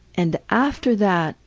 and after that,